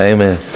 Amen